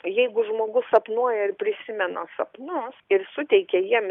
jeigu žmogus sapnuoja ir prisimena sapnus ir suteikia jiem